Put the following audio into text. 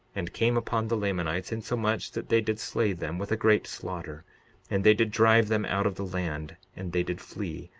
and came upon the lamanites, insomuch that they did slay them with a great slaughter and they did drive them out of the land and they did flee,